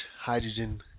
Hydrogen